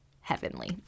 heavenly